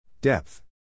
Depth